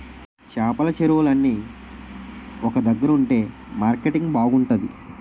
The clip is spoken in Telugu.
చేపల చెరువులన్నీ ఒక దగ్గరుంతె మార్కెటింగ్ బాగుంతాది